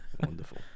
Wonderful